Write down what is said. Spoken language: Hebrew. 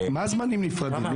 מה זמנים נפרדים?